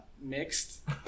mixed